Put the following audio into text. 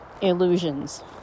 illusions